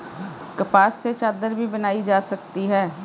कपास से चादर भी बनाई जा सकती है